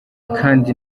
kandi